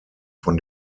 von